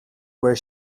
where